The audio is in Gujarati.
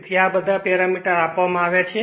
તેથી આ બધા પેરામીટર આપવામાં આવ્યા છે